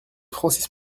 francis